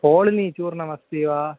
पोळनिचूर्णम् अस्ति वा